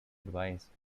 advise